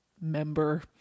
member